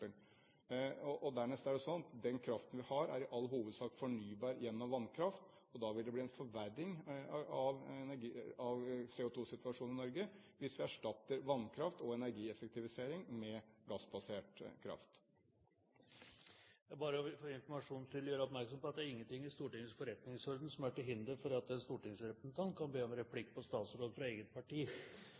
Dernest er det jo sånn at den kraften vi har, i all hovedsak er fornybar gjennom vannkraft. Det vil da bli en forverring av CO2-situasjonen i Norge hvis vi erstatter vannkraft og energieffektivisering med gassbasert kraft. Presidenten vil bare for informasjonens skyld gjøre oppmerksom på at det ikke er noe i Stortingets forretningsorden som er til hinder for at en stortingsrepresentant kan be om replikk på en statsråd fra eget parti.